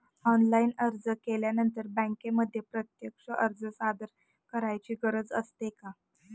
Online अर्ज केल्यानंतर बँकेमध्ये प्रत्यक्ष अर्ज सादर करायची गरज असते का?